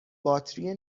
باتری